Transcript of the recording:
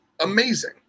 Amazing